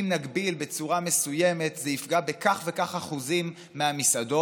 אם נגביל בצורה מסוימת זה יפגע בכך וכך אחוזים מהמסעדות,